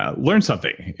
ah learn something.